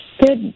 Good